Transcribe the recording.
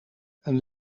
een